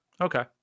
Okay